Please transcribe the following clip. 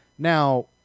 Now